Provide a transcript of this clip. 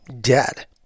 dead